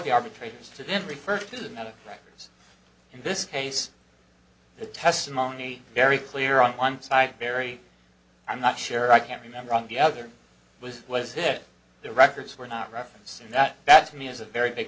the arbitrators to then refer to the medical records in this case the testimony very clear on one side very i'm not sure i can remember on the other was was it the records were not referencing that that to me is a very big